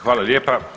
Hvala lijepa.